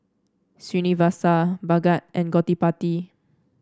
Srinivasa Bhagat and Gottipati